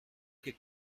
que